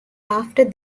after